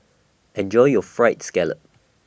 Enjoy your Fried Scallop